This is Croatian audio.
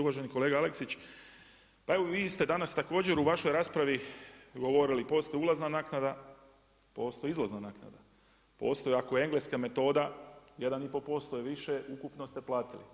Uvaženi kolega Aleksić, pa evo vi ste danas također u vašoj raspravi govorili, postoji ulazna naknada, postoji izlazna naknada, postoji ako je engleska metoda 1,5% je više ukupno ste platili.